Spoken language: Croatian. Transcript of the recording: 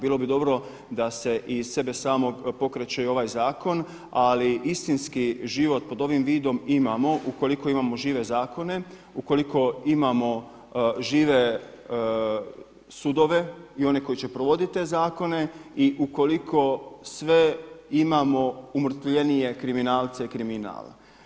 Bilo bi dobro da se i sebe samog pokreće ovaj zakon, ali istinski život pod ovim vidom imamo ukoliko imamo žive zakone, ukoliko imamo žive sudove i one koji će provodite te zakona i ukoliko sve imamo umrtvljenije kriminalce i kriminal.